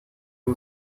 two